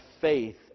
faith